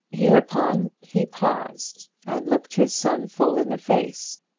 hereupon he paused and looked his son full in the face.